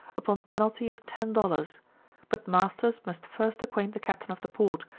upon penalty of ten dollars but masters must first acquaint the captain of the port,